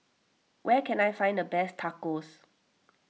where can I find the best Tacos